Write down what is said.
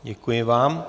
Děkuji vám.